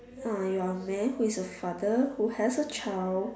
ah you are a man who is a father who has a child